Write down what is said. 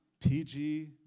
PG